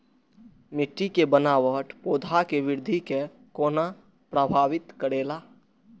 मिट्टी के बनावट पौधा के वृद्धि के कोना प्रभावित करेला?